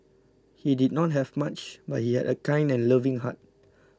he did not have much but he had a kind and loving heart